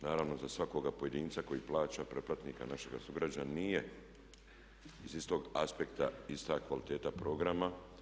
Naravno za svakoga pojedinca koji plaća, pretplatnika našega sugrađanina nije iz istog aspekta ista kvaliteta programa.